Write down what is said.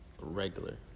regular